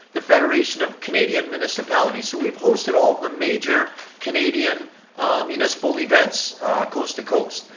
the federation of canadian municipalities. so we've hosted all of the major canadian municipal events coast to coast.